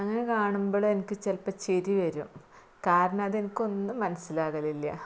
അങ്ങനെ കാണുമ്പോൾ എനിക്ക് ചിലപ്പം ചിരി വരും കാരണം അതെനിക്കൊന്നും മനസ്സിലാകലില്ല